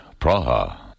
Praha